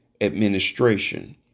administration